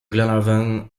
glenarvan